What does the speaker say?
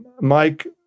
Mike